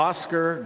Oscar